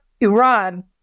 Iran